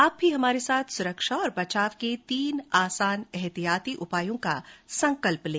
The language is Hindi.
आप भी हमारे साथ सुरक्षा और बचाव के तीन आसान एहतियाती उपायों का संकल्प लें